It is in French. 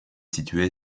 située